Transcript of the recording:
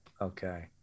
okay